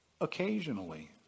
occasionally